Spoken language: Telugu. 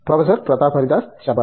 ప్రొఫెసర్ ప్రతాప్ హరిదాస్ శభాష్